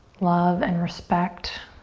love and respect,